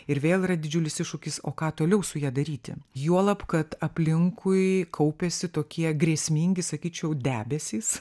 ir vėl yra didžiulis iššūkis o ką toliau su ja daryti juolab kad aplinkui kaupėsi tokie grėsmingi sakyčiau debesys